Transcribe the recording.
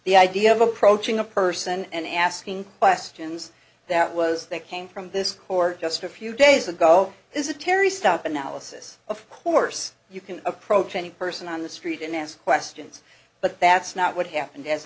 the idea of approaching a person and asking questions that was that came from this court just a few days ago is a terry stop analysis of course you can approach any person on the street and ask questions but that's not what happened as